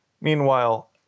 meanwhile